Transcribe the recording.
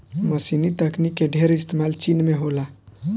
मशीनी तकनीक के ढेर इस्तेमाल चीन में होला